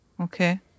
Okay